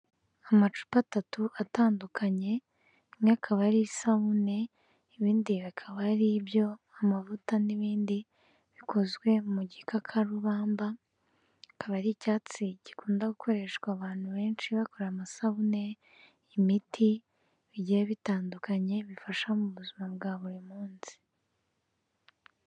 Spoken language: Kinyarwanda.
Amacupa atatu atandukanye rimwe akaba ari isabune ibindi akaba ari ibyo amavuta n'ibindi, bikozwe mu gikakarubamba akaba ari icyatsi gikunda gukoreshwa abantu benshi bakora amasabune, imiti bigiye bitandukanye bifasha mu buzima bwa buri munsi.